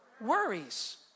worries